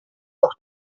auch